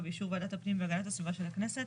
ובאישור ועדת הפנים והגנת הסביבה של הכנסת,